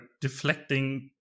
deflecting